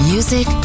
Music